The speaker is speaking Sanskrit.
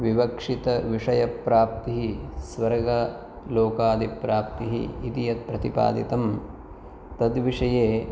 विवक्षितविषयप्राप्तिः स्वर्गलोकादि प्राप्तिः इति यत् प्रतिपादितं तद्विषये